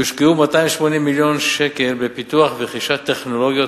יושקעו 280 מיליון שקל בפיתוח ורכישה של טכנולוגיות